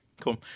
cool